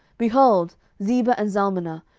behold zebah and zalmunna,